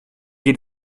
geht